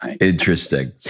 Interesting